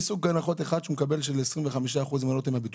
יש סוג הנחות אחד שהוא מקבל, של 25% מהרשות